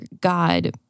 God